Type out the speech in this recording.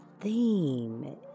theme